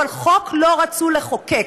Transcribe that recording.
אבל חוק לא רצו לחוקק.